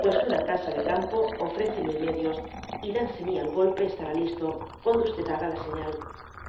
pues una casa de campo ofrece mil medios y danceny al golpe estará listo cuanto e haga la señal